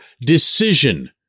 decision